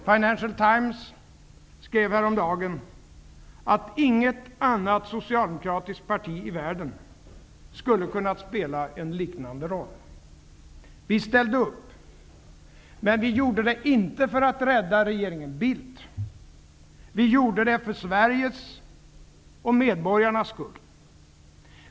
Financial Times skrev häromdagen att inget annat socialdemokratiskt parti i världen skulle ha kunnat spela en liknande roll. Vi ställde upp, men vi gjorde det inte för att rädda regeringen Bildt, vi gjorde det för Sveriges och medborgarnas skull.